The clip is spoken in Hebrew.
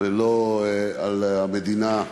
ולא על המדינה,